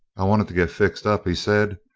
i wanted to get fixed up, he said,